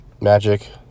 magic